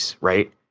right